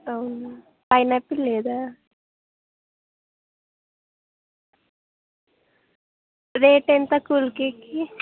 అవునా పైనాపిల్ లేదా రేట్ ఎంత కూల్ కేక్కి